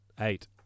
Eight